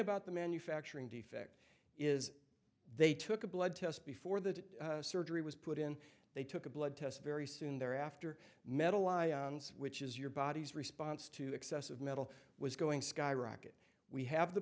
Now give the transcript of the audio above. about the manufacturing defect is they took a blood test before the surgery was put in they took a blood test very soon thereafter metal ions which is your body's response to excessive metal was going skyrocket we have the